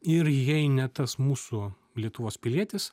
ir jei ne tas mūsų lietuvos pilietis